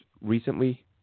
recently